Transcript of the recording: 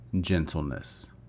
gentleness